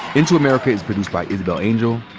into america is produced by isabel angel,